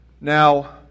Now